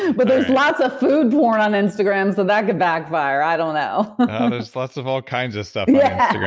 but there's lots of food porn on instagram so that could backfire. i don't know there's lots of all kinds of stuff yeah